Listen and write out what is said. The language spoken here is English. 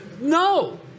No